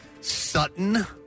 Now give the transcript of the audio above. Sutton